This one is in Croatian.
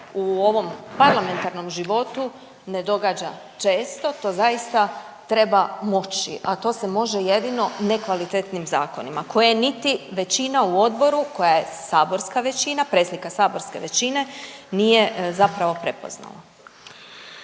u ovom parlamentarnom životu ne događa često, to zaista treba moći, a to se može jedino nekvalitetnim zakonima koje niti većina u odboru koja je saborska većina, preslika saborske većine nije zapravo prepoznala.